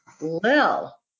Lil